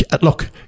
Look